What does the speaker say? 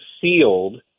sealed